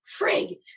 frig